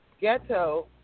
ghetto